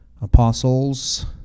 apostles